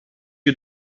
you